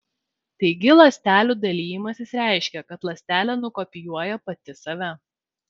taigi ląstelių dalijimasis reiškia kad ląstelė nukopijuoja pati save